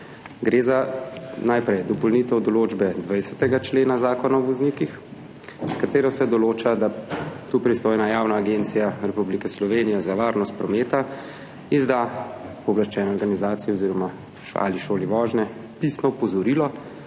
gre za dopolnitev določbe 20. člena Zakona o voznikih, s katero se določa, da tu pristojna Javna agencija Republike Slovenije za varnost prometa izda pooblaščeni organizaciji ali šoli vožnje pisno opozorilo,